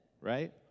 right